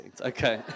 Okay